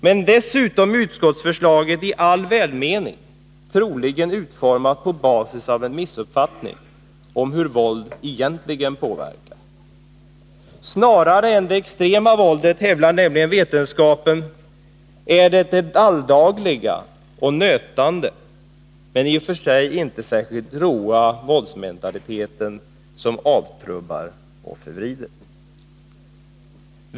Men dessutom är utskottsförslaget i all välmening troligen utformat på basis av en missuppfattning om hur våld egentligen påverkar. Vetenskapen hävdar nämligen att det är den alldagliga och nötande men i och för sig inte särskilt råa våldsmentaliteten snarare än det extrema våldet som avtrubbar och förvrider.